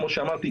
כמו שאמרתי,